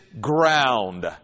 ground